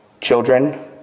children